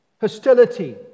Hostility